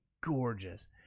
gorgeous